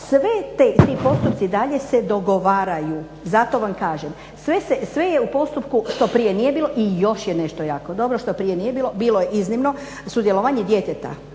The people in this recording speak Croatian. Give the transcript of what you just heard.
Svi ti postupci dalje se dogovaraju. Zato vam kažem, sve je u postupku, što prije nije bilo. I još je nešto jako dobro što prije nije bilo, bilo je iznimno sudjelovanje djeteta